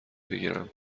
بگیرم